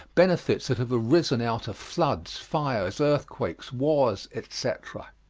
benefits that have arisen out of floods, fires, earthquakes, wars, etc.